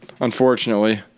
unfortunately